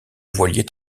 voilier